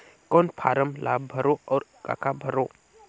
कौन फारम ला भरो और काका भरो?